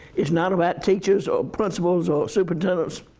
it's not about teachers or principals or superintendents